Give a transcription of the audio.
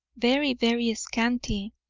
very, very scanty,